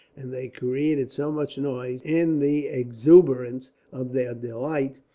and they created so much noise, in the exuberance of their delight,